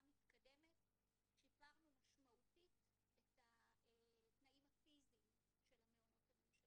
מתקדמת שיפרנו משמעותית את התנאים הפיזיים של המעונות הממשלתיים.